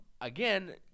Again